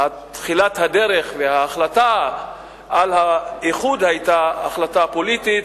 תחילת הדרך וההחלטה על האיחוד היו החלטה פוליטית,